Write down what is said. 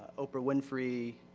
oprah winfrey,